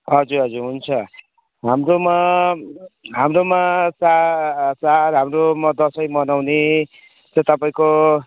हजुर हजुर हुन्छ हाम्रोमा हाम्रोमा चाड चाड हाम्रोमा दसैँ मनाउने त्यो तपाईँको